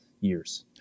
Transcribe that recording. years